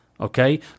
Okay